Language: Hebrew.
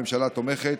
הממשלה תומכת.